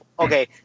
Okay